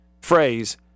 phrase